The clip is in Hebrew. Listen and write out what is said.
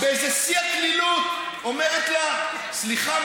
באיזה שיא הקלילות אומרת לה: סליחה,